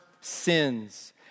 sins